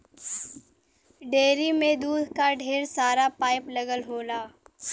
dairy में दूध क ढेर सारा पाइप लगल होला